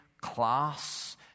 class